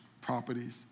properties